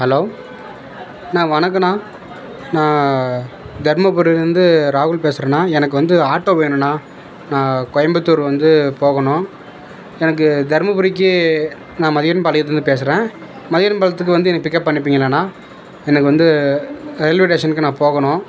hello அண்ணா வணக்கண்ணா நான் தருமபுரிலருந்து ராகுல் பேசுகிறேண்ணா எனக்கு வந்து ஆட்டோ வேணுண்ணா நான் கோயம்புத்தூர் வந்து போகணும் எனக்கு தருமபுரிக்கு நான் மதியன் பாளையத்துலருந்து பேசுகிறேன் மதியன் பாளையத்தில் வந்து என்ன பிக்கப் பண்ணிப்பிங்லாணா எனக்கு வந்து ரயில்வே ஸ்டேஷனுக்கு நான் போகணும்